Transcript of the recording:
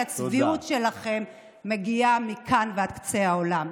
כי הצביעות שלכם מגיעה מכאן ועד קצה העולם,